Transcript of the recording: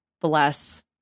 Bless